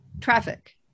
traffic